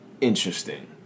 interesting